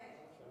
חמש.